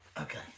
Okay